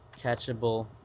catchable